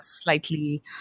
slightly